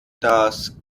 das